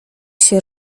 się